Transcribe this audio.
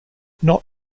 not